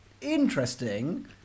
interesting